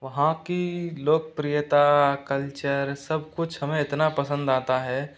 वहाँ की लोकप्रियता कल्चर सब कुछ हमें इतना पसंद आता है